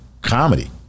comedy